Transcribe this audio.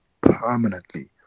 permanently